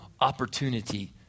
opportunity